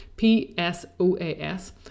P-S-O-A-S